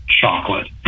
chocolate